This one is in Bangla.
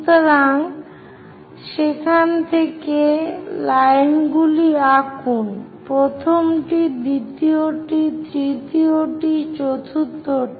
সুতরাং সেখান থেকে লাইনগুলি আঁকুন প্রথমটি দ্বিতীয়টি তৃতীয়টি চতুর্থটি